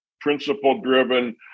principle-driven